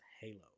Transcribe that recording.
Halo